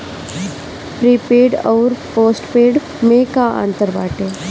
Prepaid अउर postpaid में का अंतर बाटे?